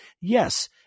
yes